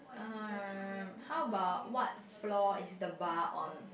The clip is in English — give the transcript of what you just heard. um how about what flow is it the bar on